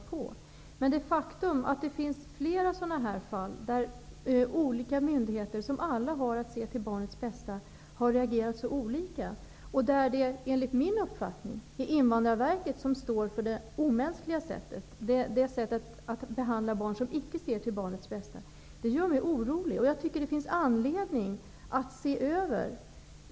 Det är emellertid ett faktum att det finns flera sådana här fall, där olika myndigheter, som alla har att se till barnets bästa, har reagerat mycket olika, och enligt min uppfattning är det Invandrarverket som står för det omänskliga sättet att behandla barn, som icke ser till barnets bästa. Detta gör mig orolig, och jag tycker att det finns anledning att se över området.